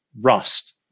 rust